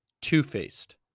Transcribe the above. two-faced